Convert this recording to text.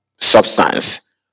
substance